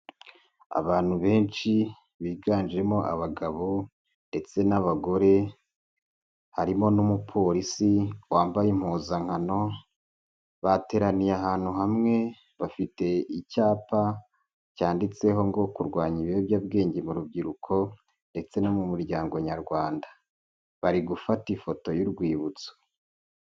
Abantu benshi biganjemo abagabo ndetse n'abagore, harimo n'umupolisi wambaye impuzankano bateraniye ahantu hamwe bafite icyapa cyanditseho ngo kurwanya ibiyobyabwenge mu rubyiruko ndetse no mu muryango nyarwanda, bari gufata ifoto y'urwibutso.